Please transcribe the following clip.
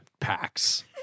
packs